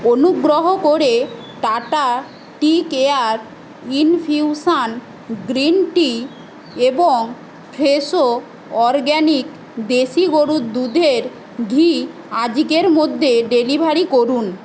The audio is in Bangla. অনুগ্রহ করে Tata tea care infusion green tea এবং ফ্রেশো অরগ্যানিক দেশি গরুর দুধের ঘি আজকের মধ্যে ডেলিভারি করুন